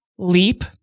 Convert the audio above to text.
leap